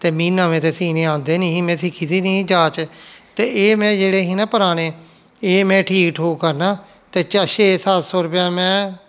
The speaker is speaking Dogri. ते मी नमें ते सीऽने औंदे निं ही में सिक्खी दी निं ही जाच ते एह् में जेह्ड़े ही निं पराने एह् में ठीक ठूक करना ते च छे सत्त सौ रपेआ में